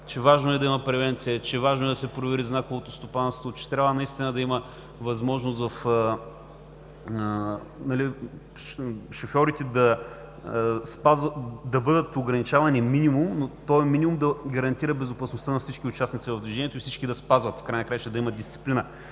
е важно да има превенция, че е важно да се провери знаковото стопанство, че трябва наистина да има възможност шофьорите да спазват, да бъдат ограничавани минимум и този минимум да гарантира безопасността на всички участници в движението, и всички да го спазват, и в края на краищата да има дисциплина